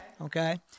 Okay